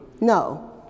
No